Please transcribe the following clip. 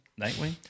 Nightwing